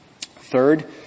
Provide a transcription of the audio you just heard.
Third